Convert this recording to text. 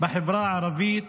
בחברה הערבית